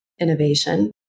innovation